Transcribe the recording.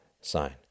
sign